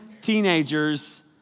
teenagers